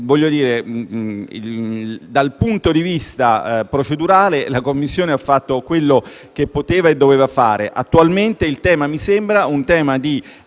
Dal punto di vista procedurale, la Commissione ha fatto quello che poteva e doveva fare. Attualmente il tema mi sembra riguardi